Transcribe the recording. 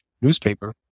newspaper